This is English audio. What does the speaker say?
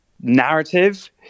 narrative